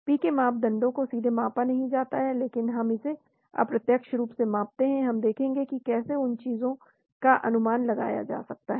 पीके मापदंडों को सीधे मापा नहीं जाता है लेकिन हम इसे अप्रत्यक्ष रूप से मापते हैं हम देखेंगे कि कैसे उन सभी चीजों का अनुमान लगाया जा सकता है